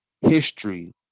history